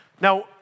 Now